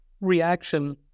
reaction